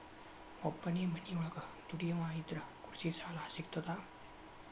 ಒಬ್ಬನೇ ಮನಿಯೊಳಗ ದುಡಿಯುವಾ ಇದ್ರ ಕೃಷಿ ಸಾಲಾ ಸಿಗ್ತದಾ?